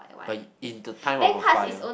uh in the time of a fire